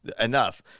enough